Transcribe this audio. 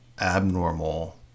abnormal